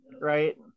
right